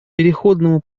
переходному